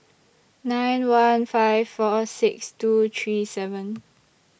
nine one five four six two three seven